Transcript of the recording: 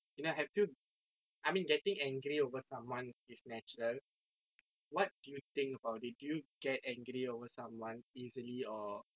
you know have you I mean getting angry over someone is natural what do you think about it do you get angry over someone easily or